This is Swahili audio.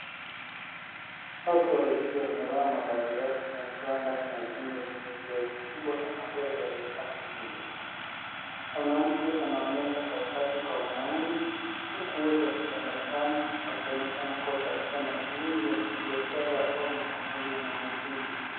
Watu wawili wamevaa mavazi rasmi wakiwa ndani ya jengo lenye uwazi mkubwa na magari yaliyopaki. Mwanamke anaonyesha karatasi kwa mwanaume huku wote wakitabasamu, wakionekana kuwa katika mazungumzo ya kibiashara au makubaliano muhimu.